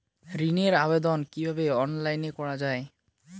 ঋনের আবেদন কিভাবে অনলাইনে করা যায়?